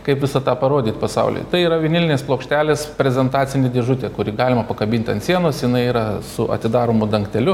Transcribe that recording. kaip visą tą parodyt pasauliui tai yra vinilinės plokštelės prezentacinė dėžutė kurį galima pakabinti ant sienos jinai yra su atidaromu dangteliu